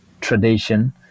tradition